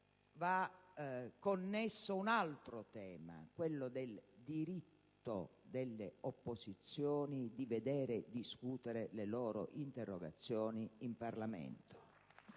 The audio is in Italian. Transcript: va connesso un altro tema: quello del diritto delle opposizioni di vedere discutere le loro interrogazioni in Parlamento.